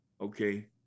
okay